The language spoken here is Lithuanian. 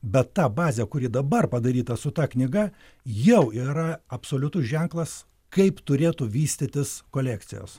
bet ta bazė kuri dabar padaryta su ta knyga jau yra absoliutus ženklas kaip turėtų vystytis kolekcijos